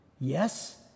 Yes